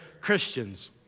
Christians